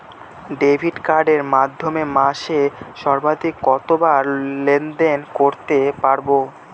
Debit কার্ডের মাধ্যমে মাসে সর্বাধিক কতবার লেনদেন করতে পারবো?